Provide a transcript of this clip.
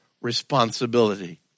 responsibility